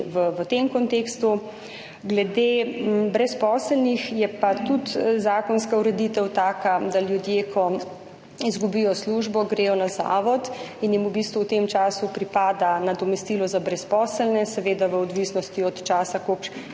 v tem kontekstu. Glede brezposelnih je pa tudi zakonska ureditev taka, da ljudje, ko izgubijo službo, gredo na zavod in jim v bistvu v tem času pripada nadomestilo za brezposelne, seveda v odvisnosti od časa, koliko